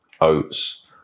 oats